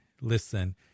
listen